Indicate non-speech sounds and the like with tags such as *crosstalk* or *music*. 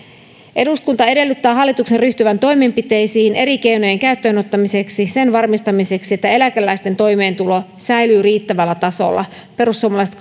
eduskunta edellyttää hallituksen ryhtyvän toimenpiteisiin eri keinojen käyttöönottamiseksi sen varmistamiseksi että eläkeläisten toimeentulo säilyy riittävällä tasolla perussuomalaiset *unintelligible*